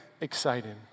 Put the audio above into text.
exciting